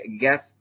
gas